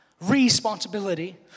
Responsibility